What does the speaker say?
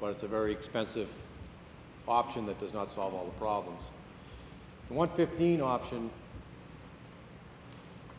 but it's a very expensive option that does not solve all problems one fifteen option